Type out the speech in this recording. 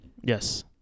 yes